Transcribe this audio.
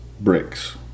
Bricks